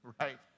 right